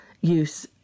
use